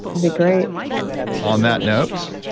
be great on that note,